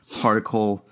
particle